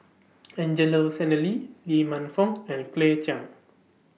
Angelo Sanelli Lee Man Fong and Claire Chiang